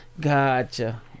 gotcha